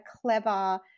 clever